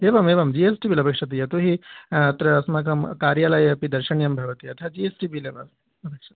एवम् एवं G S T bill अपेक्षते यतो हि अत्र अस्माकं कार्यालये अपि दर्शनीयं भवति अतः जि एस् टि बिल् एव अवश्य